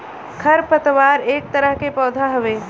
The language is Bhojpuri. खर पतवार एक तरह के पौधा हउवे